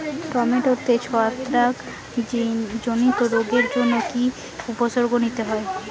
টমেটোতে ছত্রাক জনিত রোগের জন্য কি উপসর্গ নিতে হয়?